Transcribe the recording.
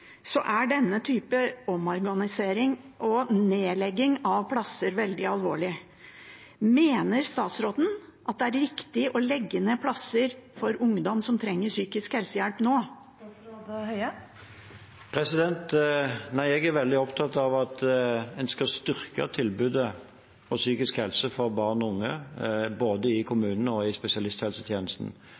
er denne typen omorganisering og nedlegging av plasser veldig alvorlig. Mener statsråden at det er riktig å legge ned plasser for ungdom som trenger psykisk helsehjelp nå? Nei, jeg er veldig opptatt av at en skal styrke tilbudet om psykisk helsehjelp for barn og unge både i kommunene og i spesialisthelsetjenesten.